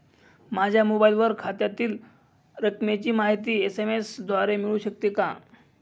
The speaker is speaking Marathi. माझ्या मोबाईलवर खात्यातील रकमेची माहिती एस.एम.एस द्वारे मिळू शकते का?